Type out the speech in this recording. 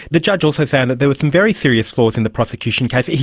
the judge also found that there were some very serious flaws in the prosecution case.